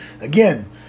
again